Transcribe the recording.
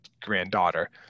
granddaughter